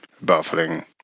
baffling